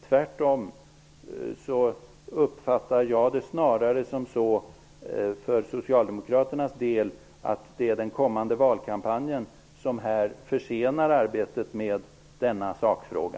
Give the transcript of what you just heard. Jag uppfattar det snarare så att socialdemokraterna med hänsyn till den kommande valkampanjen vill försena arbetet med denna sakfråga.